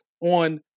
on